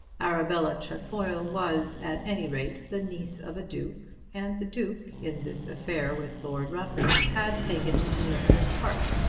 arabella trefoil was at any rate the niece of a duke, and the duke, in this affair with lord rufford, had taken his niece's part.